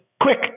Quick